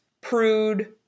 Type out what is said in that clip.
prude